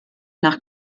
nach